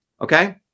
okay